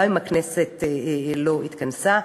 גם אם הכנסת לא התכנסה.